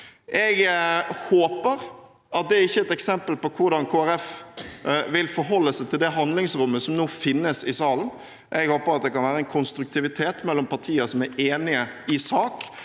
Jeg håper at det ikke er et eksempel på hvordan Kristelig Folkeparti vil forholde seg til det handlingsrommet som nå finnes i salen. Jeg håper at det kan være en konstruktivitet mellom partier som er enige i sak,